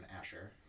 Asher